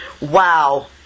Wow